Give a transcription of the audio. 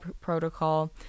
protocol